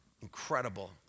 Incredible